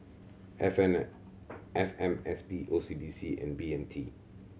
F N F M S P O C B C and B M T